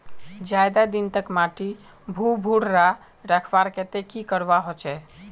ज्यादा दिन तक माटी भुर्भुरा रखवार केते की करवा होचए?